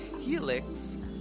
Helix